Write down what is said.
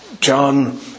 John